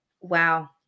Wow